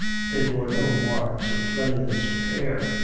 they bore no marks of cleanliness or care.